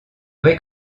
vrai